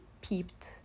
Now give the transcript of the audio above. peeped